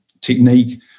technique